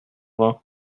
vingt